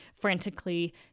frantically